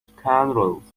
scoundrels